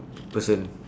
person